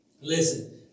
Listen